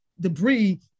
debris